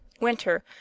winter